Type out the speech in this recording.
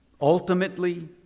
Ultimately